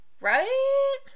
Right